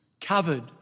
covered